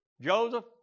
Joseph